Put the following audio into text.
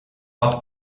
pot